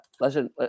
Listen